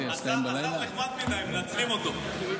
השר נחמד מדי, מנצלים אותו.